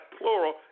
plural